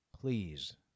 Please